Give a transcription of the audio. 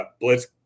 Blitz